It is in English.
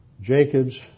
Jacob's